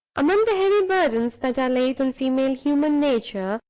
among the heavy burdens that are laid on female human nature,